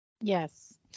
Yes